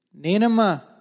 Nenama